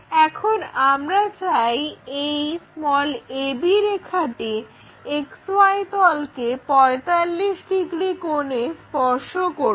এখন আমরা চাই এই ab রেখাটি XY তলকে 45 ডিগ্রি কোণে স্পর্শ করুক